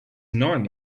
nine